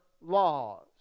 laws